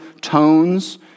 tones